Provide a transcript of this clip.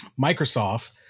Microsoft